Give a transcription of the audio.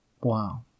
Wow